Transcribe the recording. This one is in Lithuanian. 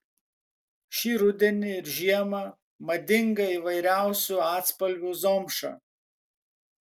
šį rudenį ir žiemą madinga įvairiausių atspalvių zomša